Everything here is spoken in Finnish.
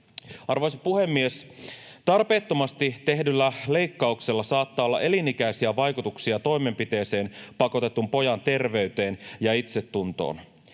Arvoisa puhemies! Tarpeettomasti tehdyllä leikkauksella saattaa olla elinikäisiä vaikutuksia toimenpiteeseen pakotetun pojan terveyteen ja itsetuntoon.